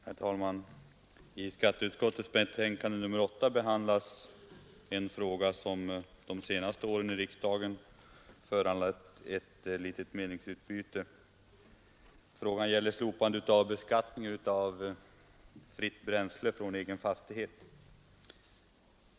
Herr talman! I skatteutskottets betänkande nr 8 behandlas en fråga som de senaste åren i riksdagen föranlett ett litet meningsutbyte. Frågan gäller slopande av beskattningen av fritt bränsle från egen fastighet.